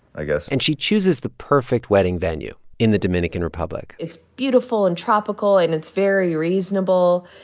i guess and she chooses the perfect wedding venue in the dominican republic it's beautiful and tropical, and it's very reasonable.